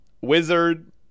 Wizard